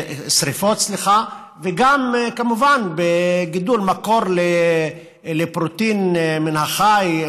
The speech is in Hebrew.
וגם כמובן מקור לגידול פרוטאין מן החי,